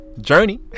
journey